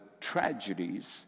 tragedies